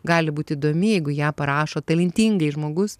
gali būt įdomi jeigu ją parašo talentingai žmogus